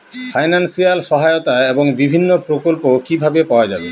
Financial সহায়তা এবং বিভিন্ন প্রকল্প কিভাবে পাওয়া যাবে?